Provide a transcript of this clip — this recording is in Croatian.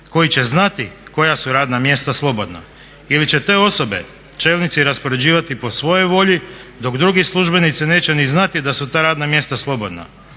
koji će znati koja su radna mjesta slobodna. Ili će te osobe čelnici raspoređivati po svojoj volji dok drugi službenici neće ni znati da su ta radna mjesta slobodna.